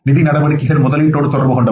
நிதி நடவடிக்கைகள் முதலீட்டோடு தொடர்புடையவை